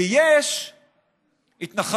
כי יש התנחלות,